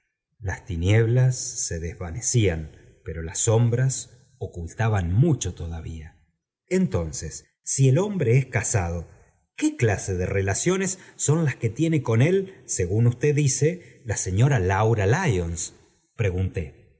las tinieblas se desvanecían pero las sombras ocultaban mucho todavía entonces si el hombre es casado qué clase de reiaciones son las que tiene con él según usted dice la señora laura lyons